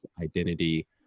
identity